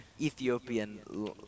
ethiopian